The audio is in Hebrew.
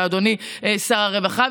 אדוני שר הרווחה,